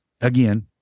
again